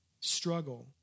struggle